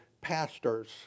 pastors